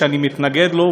שאני מתנגד לו,